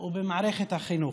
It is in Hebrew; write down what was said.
או במערכת החינוך,